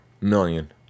million